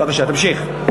בבקשה, תמשיך.